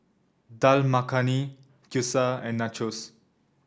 Dal Makhani Gyoza and Nachos